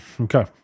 Okay